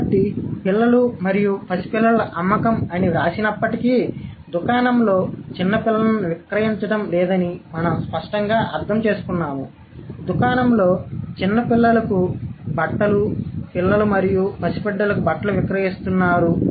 కాబట్టి పిల్లలు మరియు పసిపిల్లల అమ్మకం అని వ్రాసినప్పటికీ దుకాణంలో చిన్న పిల్లలను విక్రయించడం లేదని మనం స్పష్టంగా అర్థం చేసుకున్నాము దుకాణంలో చిన్న పిల్లలకు బట్టలు పిల్లలు మరియు పసిబిడ్డలకు బట్టలు విక్రయిస్తున్నారు